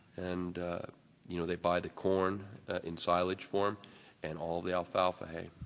and you know they buy the corn in silage form and all the alfalfa hay.